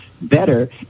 better